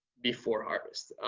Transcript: before harvest.